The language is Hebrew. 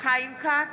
חיים כץ,